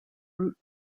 root